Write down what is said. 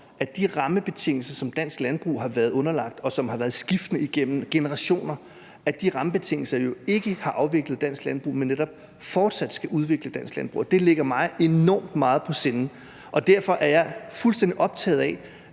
at de rammebetingelser, som dansk landbrug har været underlagt, og som har været skiftende gennem generationer, jo ikke har afviklet dansk landbrug, men netop fortsat skal udvikle dansk landbrug, og det ligger mig enormt meget på sinde. Derfor er jeg fuldstændig optaget af,